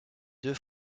deux